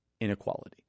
inequality